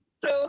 true